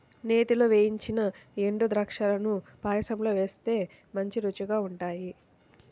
నేతిలో వేయించిన ఎండుద్రాక్షాలను పాయసంలో వేస్తే మంచి రుచిగా ఉంటాయి